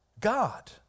God